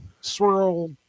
swirl